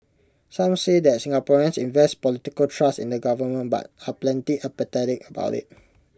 some say that Singaporeans invest political trust in the government but are pretty apathetic about IT